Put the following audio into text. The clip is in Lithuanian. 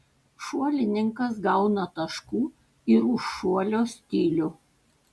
šuolininkas gauna taškų ir už šuolio stilių